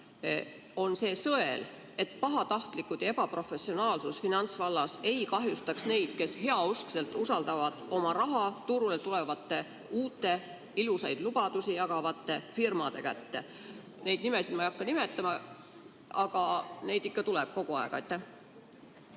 on see sõel, et pahatahtlikkus ja ebaprofessionaalsus finantsvallas ei kahjustaks neid, kes heauskselt usaldavad oma raha turule tulevate uute ilusaid lubadusi jagavate firmade kätte. Nimesid ma ei hakka nimetama, aga neid ikka tuleb kogu aeg.